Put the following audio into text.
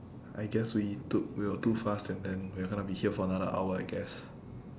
I guess we took we were too fast and then we are gonna be here for another hour I guess